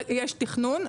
את אומרת שיש תקציב.